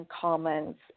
comments